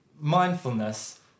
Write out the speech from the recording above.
mindfulness